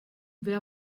wer